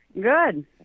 Good